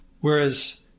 Whereas